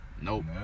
Nope